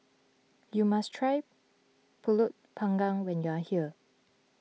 you must try Pulut Panggang when you are here